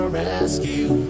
rescue